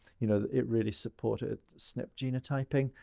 you know, it really supported snp genotyping.